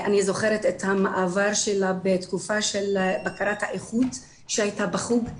אני זוכרת את המעבר שלה בתקופה של בקרת האיכות שהייתה בחוג,